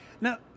Now